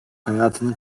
hayatını